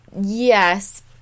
Yes